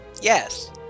Yes